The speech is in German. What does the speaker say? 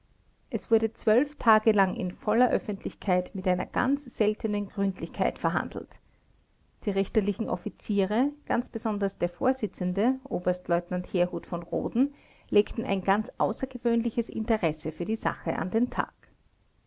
es wurde zwölf tage lang in voller öffentlichkeit mit einer ganz seltenen gründlichkeit verhandelt die richterlichen offiziere ganz besonders der vorsitzende oberstleutnant herhudt v rhoden legten ein ganz außergewöhnliches interesse für die sache an den tag